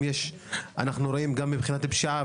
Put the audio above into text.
אנחנו רואים גם מבחינת הפשיעה,